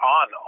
on